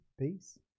peace